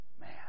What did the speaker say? Man